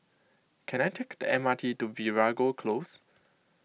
can I take the M R T to Veeragoo Close